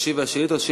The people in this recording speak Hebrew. להשיב על שאילתות.